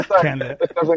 candidate